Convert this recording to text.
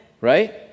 Right